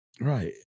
right